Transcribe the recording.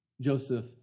Joseph